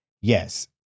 yes